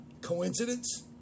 Coincidence